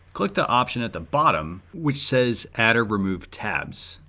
click the option at the bottom which says add or remove tabs.